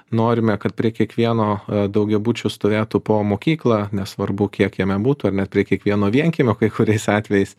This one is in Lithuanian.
norime kad prie kiekvieno daugiabučio stovėtų po mokyklą nesvarbu kiek jame būtų ar net prie kiekvieno vienkiemio kai kuriais atvejais